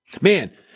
Man